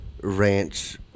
ranch